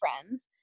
friends